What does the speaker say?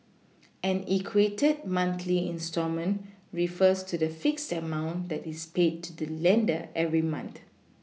an equated monthly instalment refers to the fixed amount that is paid to the lender every month